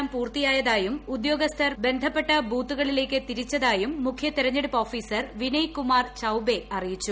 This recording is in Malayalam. വിതരണം പൂർത്തിയായതായും ഉദ്യോഗസ്ഥർ ബന്ധപ്പെട്ട ബൂത്തുകളിലേക്ക് തിരിച്ചതായും മുഖ്യ തെരഞ്ഞെടുപ്പ് ഓഫീസർ വിനയ്കുമാർ ചൌബെ അറിയിച്ചു